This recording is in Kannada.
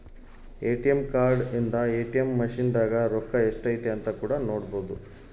ಎ.ಟಿ.ಎಮ್ ಕಾರ್ಡ್ ಇಂದ ಎ.ಟಿ.ಎಮ್ ಮಸಿನ್ ದಾಗ ರೊಕ್ಕ ಎಷ್ಟೈತೆ ಅಂತ ಕೂಡ ನೊಡ್ಬೊದು